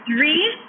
three